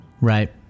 Right